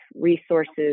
resources